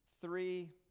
three